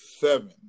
seven